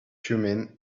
thummim